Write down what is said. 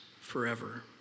forever